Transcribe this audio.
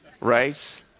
Right